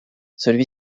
celui